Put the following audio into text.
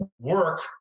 work